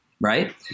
Right